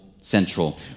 central